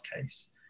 case